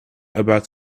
about